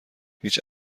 هیچ